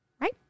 Right